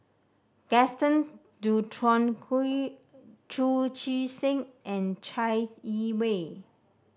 Gaston Dutronquoy Chu Chee Seng and Chai Yee Wei